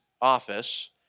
office